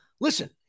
listen